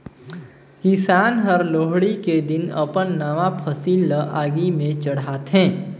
किसान हर लोहड़ी के दिन अपन नावा फसिल ल आगि में चढ़ाथें